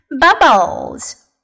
Bubbles